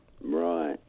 Right